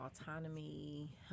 autonomy